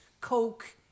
Coke